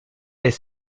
est